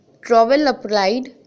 travel-applied